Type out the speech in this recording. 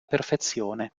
perfezione